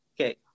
Okay